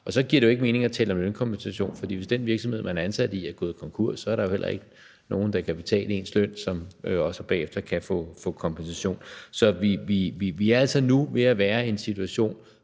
Så giver det jo ikke mening at tale om lønkompensation, for hvis den virksomhed, man er ansat i, er gået konkurs, er der jo heller ikke nogen, der kan betale ens løn, og som så bagefter kan få kompensation. Så vi er altså nu ved at være i en situation,